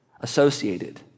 associated